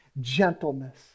gentleness